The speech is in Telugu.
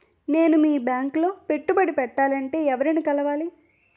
నేను మీ బ్యాంక్ లో పెట్టుబడి పెట్టాలంటే ఎవరిని కలవాలి?